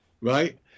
right